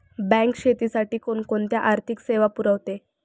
Bank शेतीसाठी कोणकोणत्या आर्थिक सेवा पुरवते?